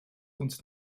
uns